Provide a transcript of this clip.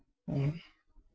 ᱱᱤᱭᱟᱹ ᱜᱮ